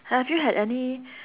have you had any